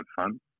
fun